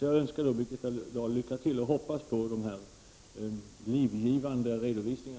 Jag önskar Birgitta Dahl lycka till och hoppas på dessa livgivande redovisningar.